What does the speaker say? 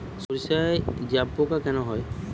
সর্ষায় জাবপোকা কেন হয়?